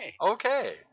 Okay